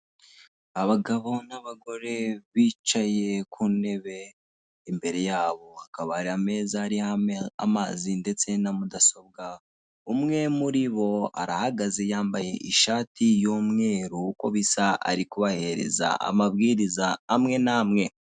Abagabo n'abagore bicaye kuntebe imbere yabo hakaba hari ameza ariho amazi ndetse na mudasobwa umwe muribo arahagaze yambaye ishati y'umweru uko bisa ari kubahereza amabwiriza amwe namwe.